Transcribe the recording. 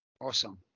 Awesome